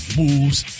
moves